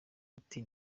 ati